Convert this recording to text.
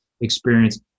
experience